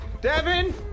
Devin